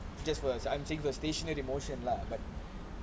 just because I'm saying those facial emotions lah but